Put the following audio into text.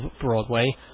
Broadway